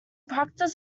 practice